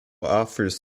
offers